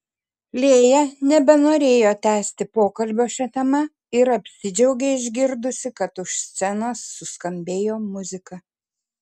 lėja nebenorėjo tęsti pokalbio šia tema ir apsidžiaugė išgirdusi kad už scenos suskambėjo muzika